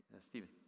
Stephen